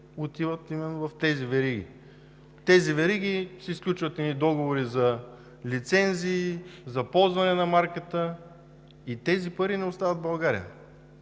отиват в тези вериги. Тези вериги си сключват едни договори за лицензи, за ползване на марката и тези пари не остават в България,